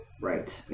Right